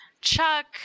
Chuck